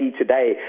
today